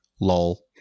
lol